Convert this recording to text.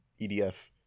EDF